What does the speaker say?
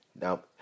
Now